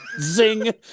Zing